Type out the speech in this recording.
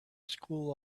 school